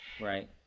Right